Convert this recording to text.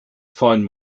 find